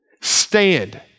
Stand